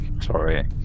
Sorry